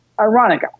ironic